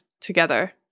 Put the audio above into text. together